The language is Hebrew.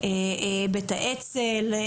בית האצ"ל,